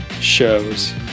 shows